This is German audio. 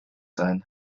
sein